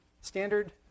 Standard